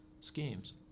schemes